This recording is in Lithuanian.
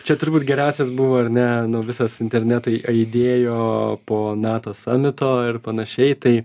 čia turbūt geriausias buvo ar ne nu visas internetai aidėjo po nato samito ir panašiai tai